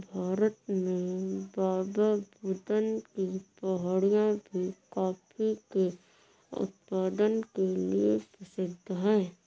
भारत में बाबाबुदन की पहाड़ियां भी कॉफी के उत्पादन के लिए प्रसिद्ध है